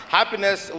Happiness